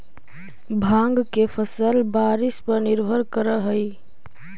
भाँग के फसल बारिश पर निर्भर करऽ हइ